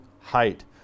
height